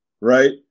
right